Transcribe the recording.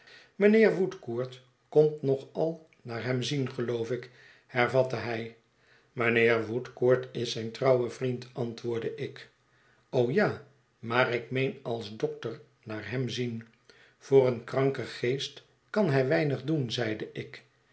mijnheer woodcourt komt nog al naar hem zien geloof ik hervatte hij mijnheer woodcourt is zijn trouwe vriend antwoordde ik o ja maar ik meen als dokter naar hem zien voor een kranken geest kan hij weinig doen zeide ik